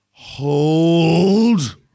hold